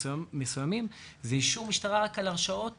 מסוימים זה אישור משטרה רק על הרשעות